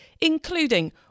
including